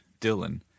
Dylan